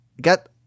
Got